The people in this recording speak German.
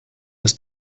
ist